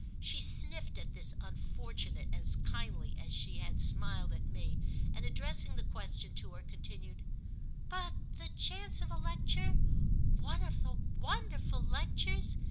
she sniffed at this unfortunate as kindly as she had smiled at me and, addressing the question to her, continued but the chance of a lecture one of the wonderful lectures?